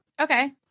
okay